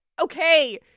okay